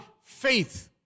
faith